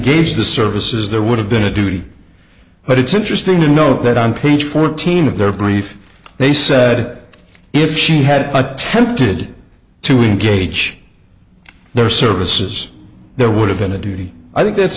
engage the services there would have been a duty but it's interesting to note that on page fourteen of their brief they said if she had attempted to reengage there are services there would have been a duty i think that's